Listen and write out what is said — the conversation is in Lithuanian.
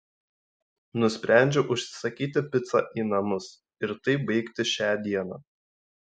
nusprendžiau užsisakysi picą į namus ir taip baigti šią dieną